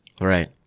Right